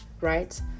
right